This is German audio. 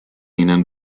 ihnen